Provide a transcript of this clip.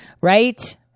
right